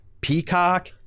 Peacock